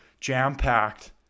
jam-packed